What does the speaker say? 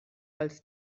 als